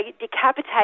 decapitate